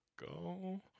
go